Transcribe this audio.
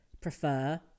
prefer